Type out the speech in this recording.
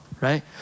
right